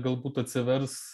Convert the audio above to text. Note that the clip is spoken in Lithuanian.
galbūt atsivers